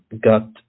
got